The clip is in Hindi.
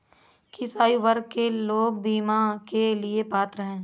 किस आयु वर्ग के लोग बीमा के लिए पात्र हैं?